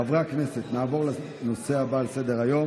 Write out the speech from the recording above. חברי הכנסת, נעבור לנושא הבא על סדר-היום,